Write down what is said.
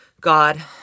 God